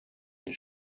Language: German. den